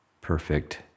perfect